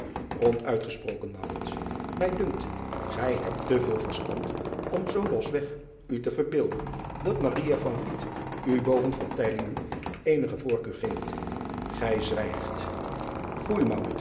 onduit gesproken mij dunkt gij hebt te veel verstand om zoo los weg u te verbeelden dat u boven eenige voorkeur geeft ij zwijgt